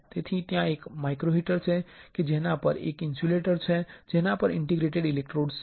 તેથી ત્યાં એક માઇક્રો હીટર છે કે જેના પર એક ઇન્સ્યુલેટર છે જેના પર ઇન્ટરડિજિટ્ડ ઇલેક્ટ્રોડ છે